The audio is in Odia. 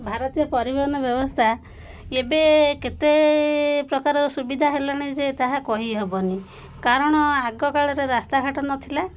ଭାରତୀୟ ପରିବହନ ବ୍ୟବସ୍ଥା ଏବେ କେତେ ପ୍ରକାର ସୁବିଧା ହେଲାଣି ଯେ ତାହା କହିହେବନି କାରଣ ଆଗ କାଳରେ ରାସ୍ତାଘାଟ ନଥିଲା